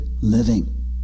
living